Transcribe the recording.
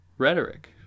rhetoric